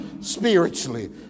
spiritually